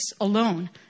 alone